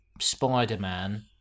Spider-Man